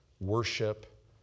worship